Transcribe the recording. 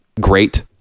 great